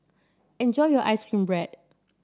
enjoy your ice cream bread